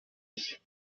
ich